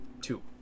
Two